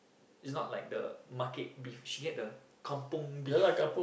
is not like the market beef she get the kampung beef